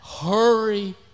Hurry